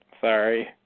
Sorry